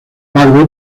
padre